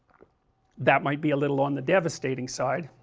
that might be a little on the devastating side,